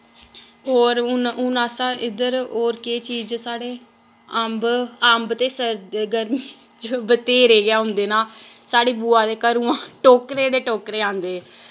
होर हून हून अस इद्धर होर केह् चीज साढ़े अम्ब अम्ब ते सर्दी गर्मी च बथेरे गै होंदे ना साढ़ी बुआ दे घरोआं टोकरे दे टोकरे आंदे